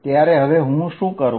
ત્યારે હવે હું શું કરું